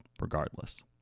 regardless